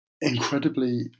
incredibly